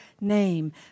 name